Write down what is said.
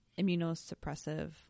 immunosuppressive